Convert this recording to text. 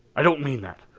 i don't mean that!